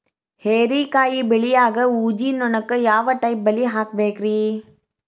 ಹೇರಿಕಾಯಿ ಬೆಳಿಯಾಗ ಊಜಿ ನೋಣಕ್ಕ ಯಾವ ಟೈಪ್ ಬಲಿ ಹಾಕಬೇಕ್ರಿ?